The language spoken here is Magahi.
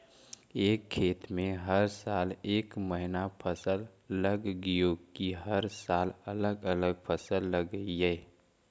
एक खेत में हर साल एक महिना फसल लगगियै कि हर साल अलग अलग फसल लगियै?